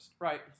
right